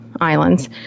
islands